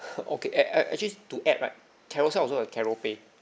okay act actually to add right Carousell also have caroupay